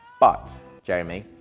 but jeremy,